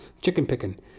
Chicken-picking